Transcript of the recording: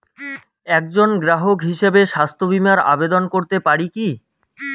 একজন গ্রাহক হিসাবে স্বাস্থ্য বিমার আবেদন করতে পারি কি?